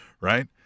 right